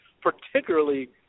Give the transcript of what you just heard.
particularly